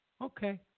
okay